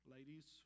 Ladies